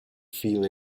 feel